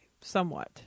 Somewhat